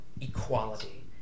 equality